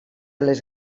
les